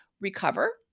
recover